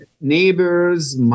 neighbors